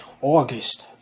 August